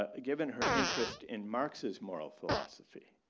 ah given her interest in marx's moral philosophy.